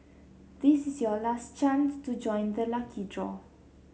this is your last chance to join the lucky draw